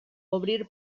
obrir